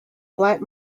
black